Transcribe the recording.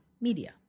media